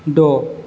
द'